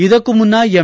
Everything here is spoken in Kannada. ಇದಕ್ಕೂ ಮುನ್ನ ಎಂ